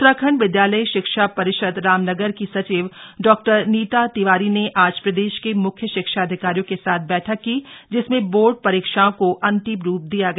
उत्तराखंड विद्यालयी शिक्षा परिषद रामनगर की सचिव डॉ नीता तिवारी ने आज प्रदेश के म्ख्य शिक्षा अधिकारियों के साथ बैठक की जिसमें बोर्ड परीक्षाओं को अंतिम रूप दिया गया